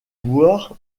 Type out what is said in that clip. boire